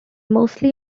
mostly